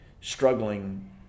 struggling